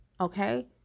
okay